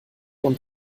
und